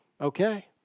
okay